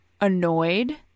annoyed